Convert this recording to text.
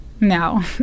No